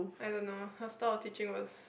I don't know her style of teaching was